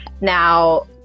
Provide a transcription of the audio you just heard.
now